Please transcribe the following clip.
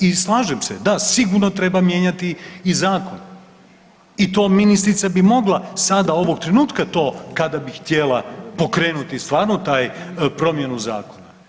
I slažem se, da sigurno treba mijenjati i zakon i to ministrica bi mogla sada ovoga trenutka to kada bi htjela pokrenuti stvarno taj promjenu zakona.